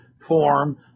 form